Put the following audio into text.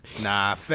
Nah